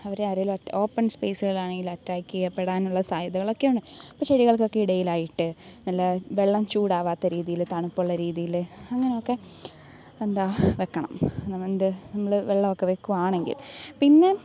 അവരെ ആരെങ്കിലും ഓപ്പൺ സ്പേസുകളാണെങ്കിൽ അറ്റാക്ക് ചെയ്യപ്പെടാനുള്ള സാധ്യതകളൊക്കെയാണ് അപ്പോൾ ചെടികൾക്കൊക്കെ ഇടയിലായിട്ട് നല്ല വെള്ളം ചൂടാവാത്ത രീതിയിൽ തണുപ്പുള്ള രീതിയിൽ അങ്ങനെയൊക്കെ എന്താ വെക്കണം എന്ത് നമ്മൾ വെള്ളമൊക്കെ വയ്ക്കുകയാണെങ്കിൽ പിന്നെ